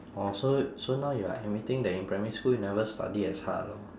oh so so now you are admitting that in primary school you never study as hard lor